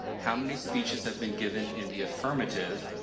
how many speeches have been given in the affirmative,